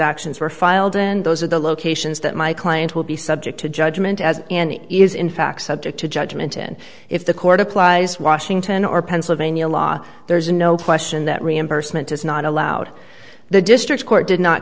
actions were filed and those are the locations that my client will be subject to judgment as is in fact subject to judgment in if the court applies washington or pennsylvania law there is no question that reimbursement is not allowed the district court did not